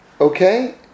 Okay